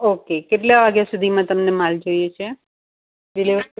okay કેટલા વાગ્યા સુધીમાં તમને માલ જોઈએ છે ઇલેવન